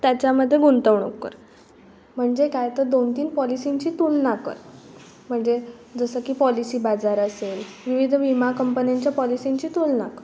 त्याच्यामध्ये गुंतवणूक कर म्हणजे काय तर दोन तीन पॉलिसींची तुलना कर म्हणजे जसं की पॉलिसी बाजार असेल विविध विमा कंपन्यांच्या पॉलिसींची तुलना कर